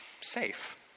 safe